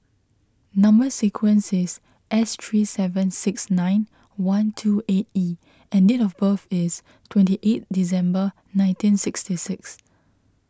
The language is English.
Number Sequence is S three seven six nine one two eight E and date of birth is twenty eight December nineteen sixty six